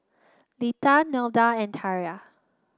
Lita Nelda and Tiarra